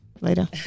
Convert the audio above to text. Later